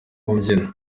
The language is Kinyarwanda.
mbyino